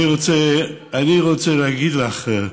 אני רוצה להגיד לך,